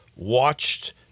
watched